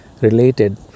related